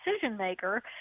decision-maker